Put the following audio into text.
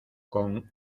con